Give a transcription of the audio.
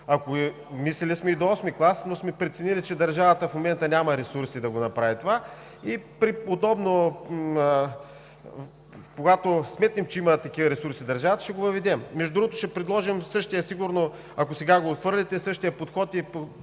Мислили сме и до VIII клас, но сме преценили, че държавата в момента няма ресурси да го направи това и, когато сметнем, че има такива ресурси държавата, ще го въведем. Между другото, ще предложим същия подход сигурно, ако сега го отхвърлите и по